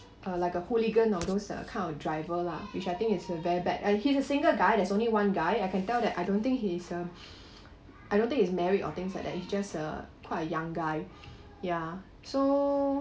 uh like a hooligan or those uh kind of driver lah which I think is very bad and he's a single guy there's only one guy I can tell that I don't think he's uh I don't think he's married or things like that it's just uh quite a young guy ya so